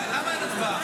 למה אין הצבעה?